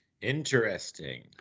Interesting